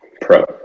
Pro